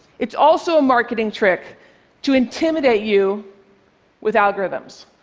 it's also a marketing trick to intimidate you with algorithms,